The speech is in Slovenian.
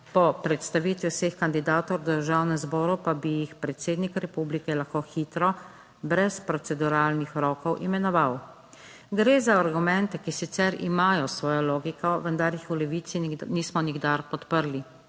Po predstavitvi vseh kandidatov v Državnem zboru pa bi jih predsednik republike lahko hitro, brez proceduralnih rokov imenoval. Gre za argumente, ki sicer imajo svojo logiko, vendar jih v Levici nismo nikdar podprli.